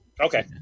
Okay